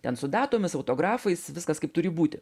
ten su datomis autografais viskas kaip turi būti